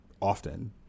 often